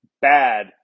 bad